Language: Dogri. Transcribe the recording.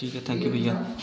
ठीक ऐ थैंक्यू भैया